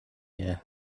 here